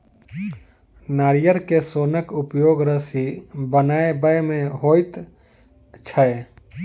नारियल के सोनक उपयोग रस्सी बनबय मे होइत छै